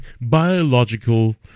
biological